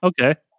Okay